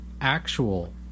actual